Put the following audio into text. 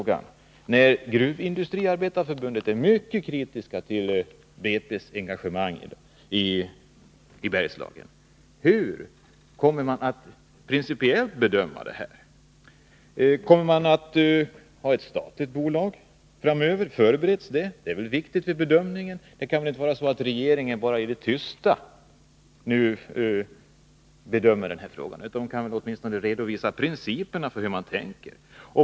Gruvindustriarbetareförbundet är mycket kritiskt till BP:s engagemang i Bergslagen. Hur kommer regeringen rent principiellt att bedöma frågan? Finns det planer på ett statligt bolag framöver? Det är viktigt för bedömningen att veta detta. Det kan väl inte vara så att regeringen bara i det tysta bedömer frågan; man kan väl åtminstone redovisa vilka principer man har?